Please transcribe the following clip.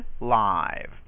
live